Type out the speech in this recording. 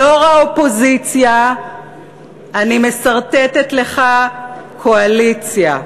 כיושבת-ראש האופוזיציה אני מסרטטת לך קואליציה.